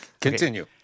continue